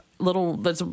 little